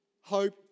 Hope